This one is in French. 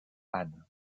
han